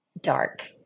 dark